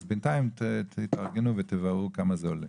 אז בינתיים תתארגנו ותבררו כמה זה עולה.